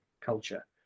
culture